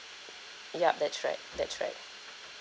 yup that's right that's right